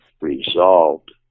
resolved